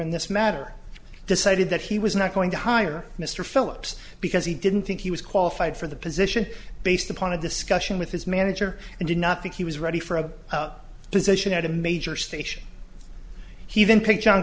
in this matter decided that he was not going to hire mr phillips because he didn't think he was qualified for the position based upon a discussion with his manager and did not think he was ready for a position at a major station he even picked john